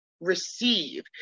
receive